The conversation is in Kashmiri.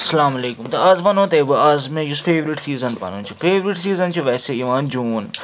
اسلام علیکُم تہٕ اَز وَنہو تۄہہِ بہٕ اَز مےٚ یُس فیٚورِٹ سیٖزَن پَنُن چھُ فیٚورِٹ سیٖزَن چھُ ویسے یِوان جوٗن